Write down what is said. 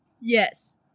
Yes